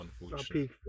unfortunate